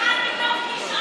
בכמות גדולה